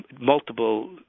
multiple